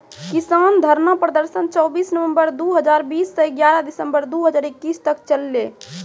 किसान धरना प्रदर्शन चौबीस नवंबर दु हजार बीस स ग्यारह दिसंबर दू हजार इक्कीस तक चललै